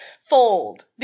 fold